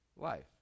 Life